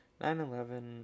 9-11